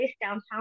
downtown